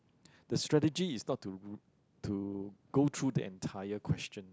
the strategy is not to to go through the entire question